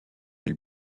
elle